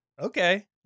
Okay